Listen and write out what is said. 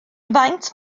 faint